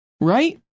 right